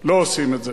לא עושים את זה.